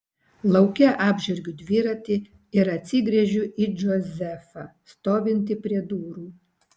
lauke apžergiu dviratį ir atsigręžiu į džozefą stovintį prie durų